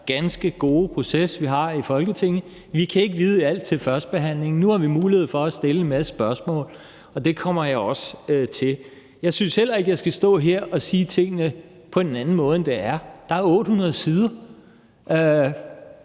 ganske gode proces, vi har i Folketinget. Vi kan ikke vide alt til førstebehandlingen, men nu har vi en mulighed for at stille en masse spørgsmål, og det kommer jeg også til at gøre. Jeg synes heller ikke, jeg skal stå her og sige tingene på en anden måde, end de er. Der er 800 sider,